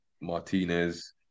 Martinez